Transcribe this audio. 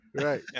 right